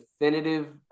definitive